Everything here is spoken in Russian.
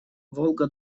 волго